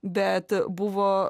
bet buvo